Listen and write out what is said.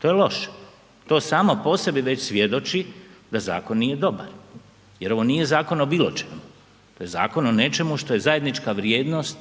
to je loše, to samo po sebi već svjedoči da zakon nije dobar jer ovo nije zakon o bilo čemu, to je zakon o nečemu što je zajednička vrijednost